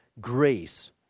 grace